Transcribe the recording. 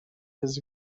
his